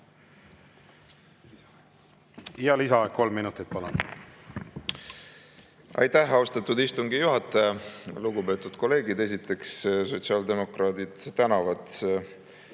Lisaaeg kolm minutit, palun! Aitäh, austatud istungi juhataja! Lugupeetud kolleegid! Esiteks, sotsiaaldemokraadid tänavad